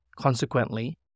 Consequently